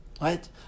Right